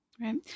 Right